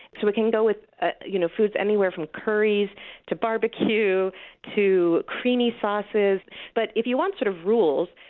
so it can go with ah you know foods anywhere from curries to barbecue to creamy sauces but if you want sort of rules,